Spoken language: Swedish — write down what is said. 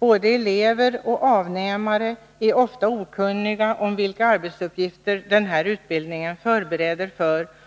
Både elever och avnämare är ofta okunniga om vilka arbetsuppgifter denna utbildning förbereder för.